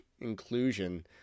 inclusion